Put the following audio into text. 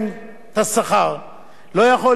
לא יכול להיות שקצין בקבע,